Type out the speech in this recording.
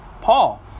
Paul